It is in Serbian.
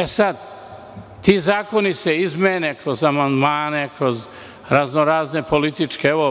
E sada, ti zakoni se izmene kroz amandmane, kroz raznorazne političke… Evo,